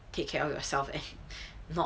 take care of yourself and not